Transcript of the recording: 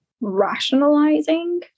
rationalizing